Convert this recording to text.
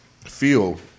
feel